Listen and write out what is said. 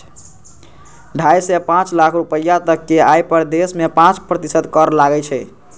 ढाइ सं पांच लाख रुपैया तक के आय पर देश मे पांच प्रतिशत कर लागै छै